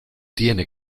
tiene